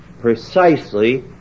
precisely